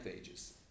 ages